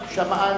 לסגנית השר.